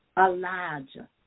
Elijah